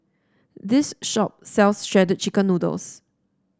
this shop sells Shredded Chicken Noodles